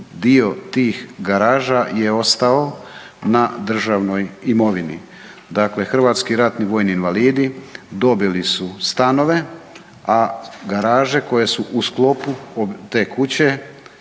dio tih garaža je ostao na državnoj imovini. Dakle hrvatski ratni vojni invalidi dobili su stanove a garaže koje su u sklopu te kuće